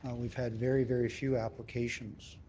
we've had very, very few applications